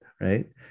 right